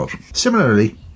Similarly